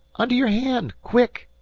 under your hand! quick!